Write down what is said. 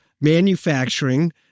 manufacturing